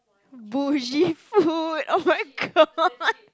bougie food oh-my-god